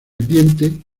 diente